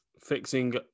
fixing